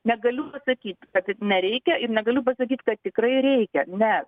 negaliu pasakyti kad ir nereikia ir negaliu pasakyt kad tikrai reikia ne